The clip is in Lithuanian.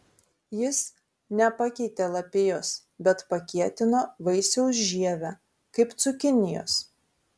jis nepakeitė lapijos bet pakietino vaisiaus žievę kaip cukinijos